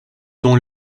dont